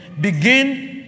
Begin